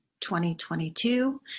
2022